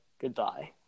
Goodbye